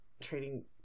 Trading